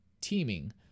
teaming